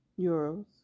euros